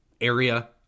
area